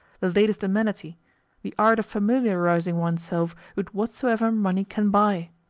the latest amenity the art of familiarising oneself with whatsoever money can buy.